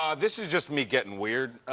um this is just me getting weird.